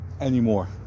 anymore